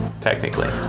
technically